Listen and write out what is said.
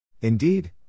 Indeed